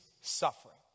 suffering